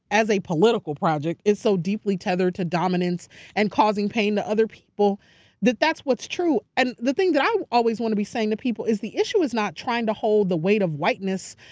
as a political project, it's so deeply tethered to dominance and causing pain to other people that that's what true. and the thing that i always want to be saying to people is, the issue is not trying to hold the weight of whiteness,